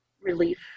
relief